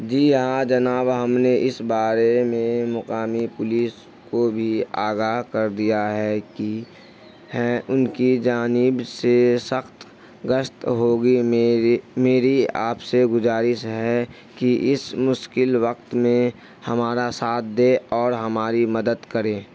جی ہاں جناب ہم نے اس بارے میں مقامی پولیس کو بھی آگاہ کر دیا ہے کہ ہیں ان کی جانب سے سخت گشت ہوگی میری میری آپ سے گزارش ہے کہ اس مشکل وقت میں ہمارا ساتھ دیں اور ہماری مدد کریں